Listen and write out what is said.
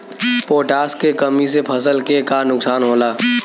Potash के कमी से फसल के का नुकसान होला?